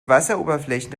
wasseroberflächen